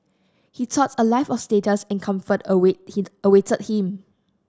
he thought a life of status and comfort awaited him